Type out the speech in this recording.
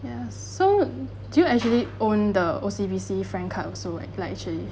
ya so do you actually own the O_C_B_C FRANK card also like actually